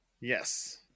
yes